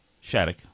Shattuck